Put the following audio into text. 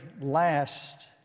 last